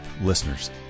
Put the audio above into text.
listeners